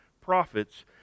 prophets